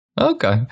Okay